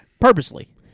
purposely